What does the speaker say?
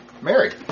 Mary